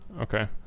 Okay